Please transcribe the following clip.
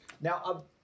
Now